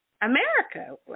America